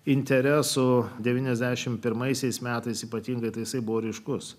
intereso devyniasdešim pirmaisiais metais ypatingai įtaisai buvo ryškus